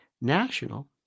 national